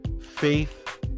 faith